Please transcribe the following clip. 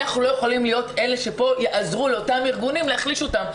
אנחנו לא יכולים להיות אלה שכאן יעזרו לאותם ארגונים להחליש אותם.